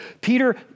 Peter